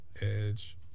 Edge